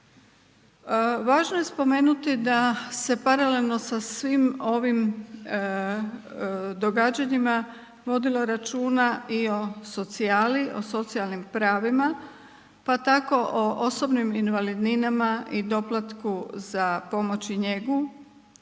Važno je spomenuti da se paralelno sa svim ovim događanjima vodilo računa i o socijali, o socijalnim pravima, pa tako o osobnim invalidninama i doplatku za pomoć i njegu